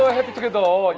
ah happy together. ah and